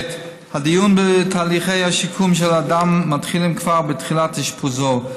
הדיון בתהליכי השיקום של אדם מתחילים כבר בתחילת אשפוזו.